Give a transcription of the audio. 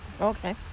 Okay